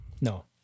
No